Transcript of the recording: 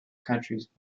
countries